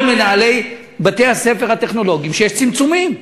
מנהלי בתי-הספר הטכנולוגיים שיש צמצומים.